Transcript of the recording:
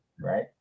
right